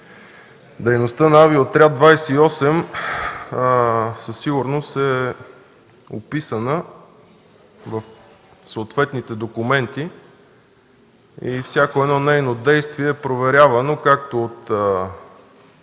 Дейността на Авиоотряд 28 със сигурност е описана в съответните документи и всяко едно негово действие е проверявано както от